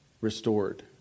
Restored